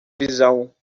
visão